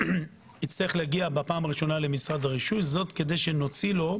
יצטרך להגיע בפעם הראשונה למשרד הרישוי - זאת כדי שנוציא לו,